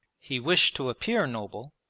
he wished to appear noble,